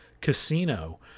Casino